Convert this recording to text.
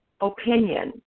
opinion